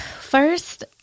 First